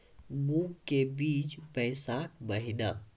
मूंग के बीज बैशाख महीना